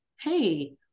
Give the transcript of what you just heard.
Hey